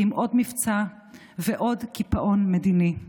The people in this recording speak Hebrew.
כי אם עוד מבצע ועוד קיפאון מדיני.